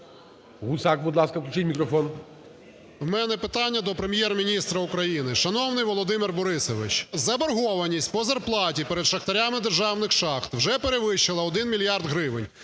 У мене питання до Прем'єр-міністра України. Шановний Володимир Борисович, заборгованість по зарплаті перед шахтарями державних шахт вже перевищила 1 мільярд гривень,